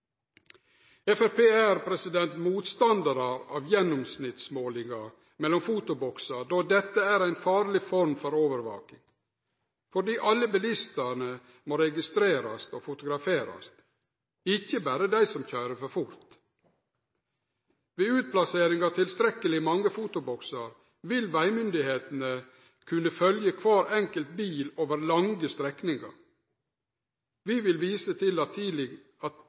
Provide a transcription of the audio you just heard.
er motstandar av gjennomsnittsmåling mellom fotoboksar då dette er ei farleg form for overvaking, fordi alle bilistane må registrerast og fotograferast, ikkje berre dei som køyrer for fort. Ved utplassering av tilstrekkeleg mange fotoboksar vil vegmyndigheitene kunne følgje kvar enkelt bil over lange strekningar. Vi vil vise til at